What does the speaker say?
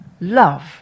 love